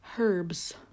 herbs